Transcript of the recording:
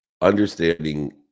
Understanding